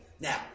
Now